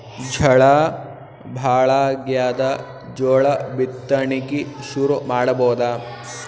ಝಳಾ ಭಾಳಾಗ್ಯಾದ, ಜೋಳ ಬಿತ್ತಣಿಕಿ ಶುರು ಮಾಡಬೋದ?